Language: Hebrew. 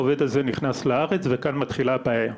העובד הזה נכנס לארץ וכאן מתחילה הבעיה.